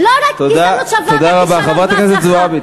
להצליח, לא רק הזדמנות שווה לכישלון והצלחה.